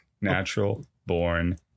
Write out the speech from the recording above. Natural-born